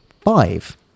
five